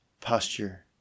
posture